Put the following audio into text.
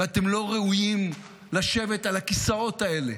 ואתם לא ראויים לשבת על הכיסאות האלה